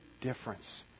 difference